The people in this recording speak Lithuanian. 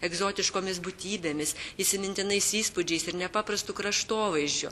egzotiškomis būtybėmis įsimintinais įspūdžiais ir nepaprastu kraštovaizdžiu